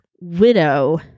Widow